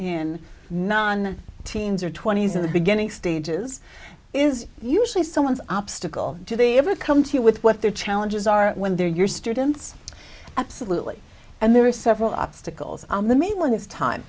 in non teens or twenty's in the beginning stages is usually someone's obstacle do they ever come to you with what their challenges are when they're your students absolutely and there are several obstacles on the mainland this time